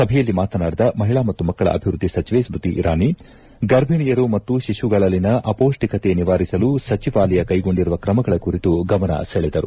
ಸಭೆಯಲ್ಲಿ ಮಾತನಾಡಿದ ಮಹಿಳಾ ಮತ್ತು ಮಕ್ಕಳ ಅಭಿವೃದ್ಧಿ ಸಚಿವೆ ಸ್ಮತಿ ಇರಾನಿ ಗರ್ಭಿಣಿಯರು ಮತ್ತು ಶಿಶುಗಳಲ್ಲಿನ ಅಪೌಷ್ಟಿಕತೆ ನಿವಾರಿಸಲು ಸಚಿವಾಲಯ ಕೈಗೊಂಡಿರುವ ಕ್ರಮಗಳ ಕುರಿತು ಗಮನ ಸೆಳೆದರು